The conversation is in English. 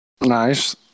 Nice